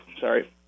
sorry